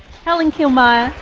helen killmier,